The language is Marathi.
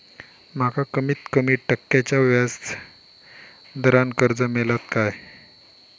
माका कमीत कमी टक्क्याच्या व्याज दरान कर्ज मेलात काय?